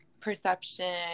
perception